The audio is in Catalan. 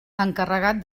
encarregat